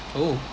oh